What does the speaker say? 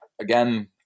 again